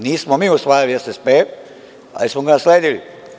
Nismo mi usvajali SSP, ali smo ga nasledili.